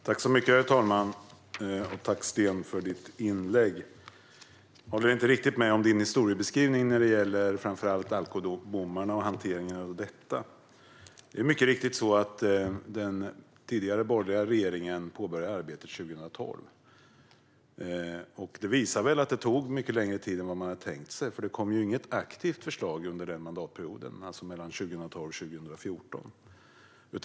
Herr talman! Tack, Sten, för ditt inlägg! Jag håller inte riktigt med om din historiebeskrivning när det gäller framför allt alkobommarna och hanteringen av detta. Det är mycket riktigt så att den tidigare borgerliga regeringen påbörjade arbetet 2012. Det visar väl att det tog mycket längre tid än vad man hade tänkt sig. Det kom inget aktivt förslag under mandatperioden 2012-2014.